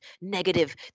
negative